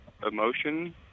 emotion